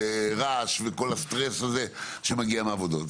רעש וכול הסטרס הזה שמגיע מהעבודות.